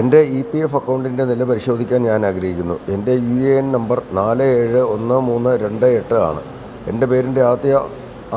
എൻ്റെ E P F അക്കൗണ്ടിൻ്റെ നില പരിശോധിക്കാൻ ഞാൻ ആഗ്രഹിക്കുന്നു എൻ്റെ യു എ എൻ നമ്പർ നാല് ഏഴ് ഒന്ന് മൂന്ന് രണ്ട് എട്ടാണ് എൻ്റെ പേരിൻ്റെ